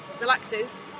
relaxes